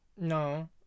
No